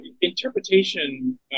interpretation